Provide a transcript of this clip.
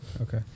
okay